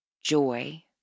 joy